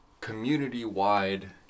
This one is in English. community-wide